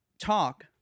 talk